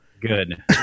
Good